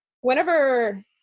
Whenever